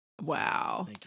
wow